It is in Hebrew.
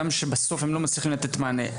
גם שבסוף הם לא מצליחים לתת מענה,